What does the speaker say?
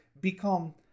become